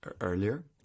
earlier